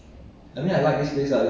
then this place wasted leh